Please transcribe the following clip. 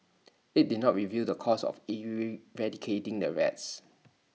IT did not reveal the cost of eradicating the rats